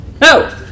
No